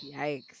Yikes